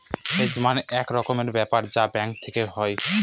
hedge মানে এক রকমের ব্যাপার যা ব্যাঙ্ক থেকে হয়